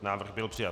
Návrh byl přijat.